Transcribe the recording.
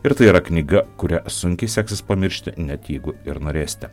ir tai yra knyga kurią sunkiai seksis pamiršti net jeigu ir norėsite